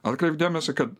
atkreipk dėmesį kad